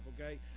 okay